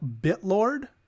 Bitlord